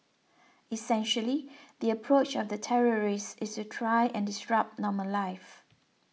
essentially the approach of the terrorists is to try and disrupt normal life